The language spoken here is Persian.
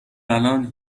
الان